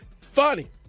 Funny